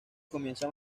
comienza